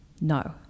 No